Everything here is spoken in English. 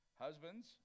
husbands